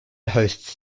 hosts